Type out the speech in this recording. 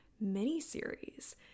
mini-series